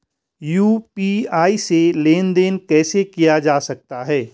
UPI से लेनदेन कैसे किया जा सकता है?